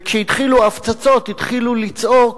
כשהתחילו ההפצצות התחילו לצעוק: